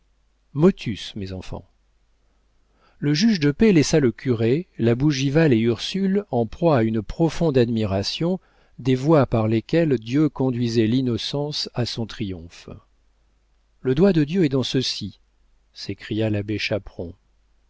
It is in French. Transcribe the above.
motus mes enfants le juge de paix laissa le curé la bougival et ursule en proie à une profonde admiration des voies par lesquelles dieu conduisait l'innocence à son triomphe le doigt de dieu est dans ceci s'écria l'abbé chaperon